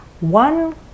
one